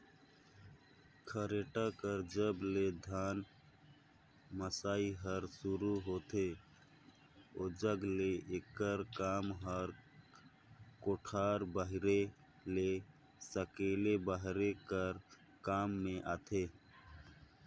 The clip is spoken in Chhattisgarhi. खरेटा कर जब ले धान मसई हर सुरू होथे ओजग ले एकर काम हर कोठार बाहिरे ले सकेले बहारे कर काम मे आथे